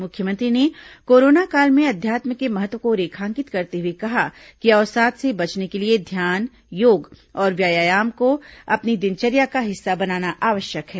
मुख्यमंत्री ने कोरोना काल में अध्यात्म के महत्व को रेखांकित करते हुए कहा कि अवसाद से बचने के लिए ध्यान योग और व्यायाम को अपनी दिनचर्या का हिस्सा बनाना आवश्यक है